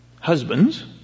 husbands